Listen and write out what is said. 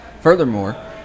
Furthermore